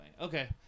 Okay